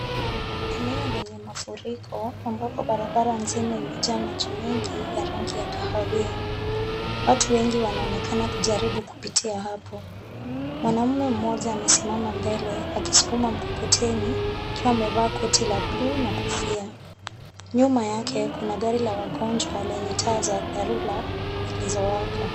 Eneo lenye mafuriko ambapo barabara nzima imejaa maji mengi ya rangi ya kahawia. Watu wengi wanaonekana kujaribu kupitia hapo. Mwanaume mmoja amesimama mbele akisukuma mkokoteni akiwa amevaa koti la bluu na kofia. Nyuma yake kuna gari la wagonjwa lenye taa za dharura zilizowaka.